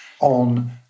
On